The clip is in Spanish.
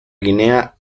guinea